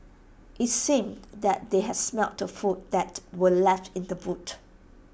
IT seemed that they had smelt the food that were left in the boot